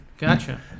Gotcha